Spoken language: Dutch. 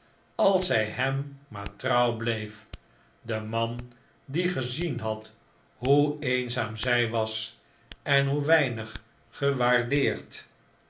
als zij hem maar trouw bleef den man die gezien had hoe eenzaam zij was en hoe weinig gewaardeerd